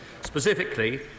specifically